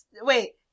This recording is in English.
Wait